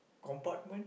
compartment